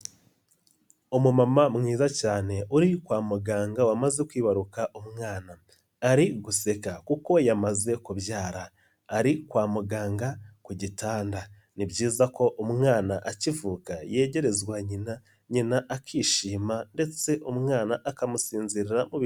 Umumama mwiza cyane uri kwa muganga wamaze kwibaruka umwana ari guseka kuko yamaze kubyara, ari kwa muganga ku gitanda, ni byiza ko umwana akivuka yegerezwa nyina, nyina akishima ndetse umwana akamusinzira mu bituza.